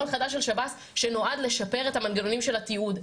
חדש של שב"ס שנועד לשפר את המנגנונים של התיעוד.